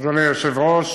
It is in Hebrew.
אדוני היושב-ראש,